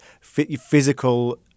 physical